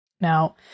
Now